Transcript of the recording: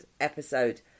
episode